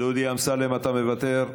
דודי אמסלם, אתה מוותר?